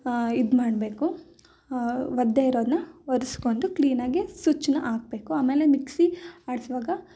ಇದು ಮಾಡಬೇಕು ಒದ್ದೆ ಇರೋದನ್ನ ಒರೆಸ್ಕೊಂಡು ಕ್ಲೀನಾಗಿ ಸುಚ್ನ ಹಾಕ್ಬೇಕು ಆಮೇಲೆ ಮಿಕ್ಸಿ ಆಡಿಸುವಾಗ